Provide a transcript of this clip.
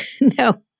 no